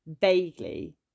vaguely